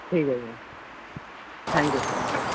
ٹھیک ہے sir thank you sir